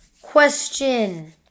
Question